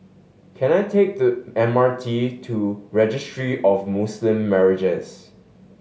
can I take the M R T to Registry of Muslim Marriages